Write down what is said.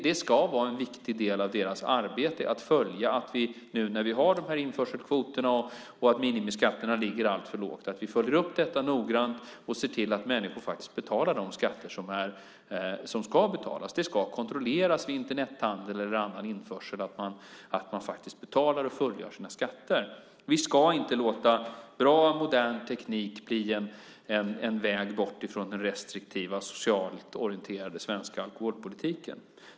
Det ska vara en viktig del av deras arbete, nu när vi har de här införselkvoterna och när minimiskatterna ligger alltför lågt, att följa upp detta noggrant och se till att människor faktiskt betalar de skatter som ska betalas. Det ska kontrolleras vid Internethandel eller annan införsel att man faktiskt betalar och fullgör sin skatteplikt. Vi ska inte låta bra och modern teknik bli en väg bort från den restriktiva socialt orienterade svenska alkoholpolitiken.